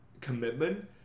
commitment